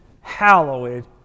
hallowed